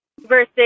versus